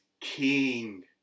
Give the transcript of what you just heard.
King